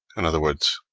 in other words,